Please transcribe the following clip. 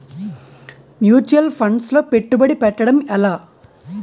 Mutual funds లో పెట్టుబడి పెట్టడం ఎలా?